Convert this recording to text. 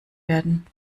werden